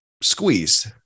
squeezed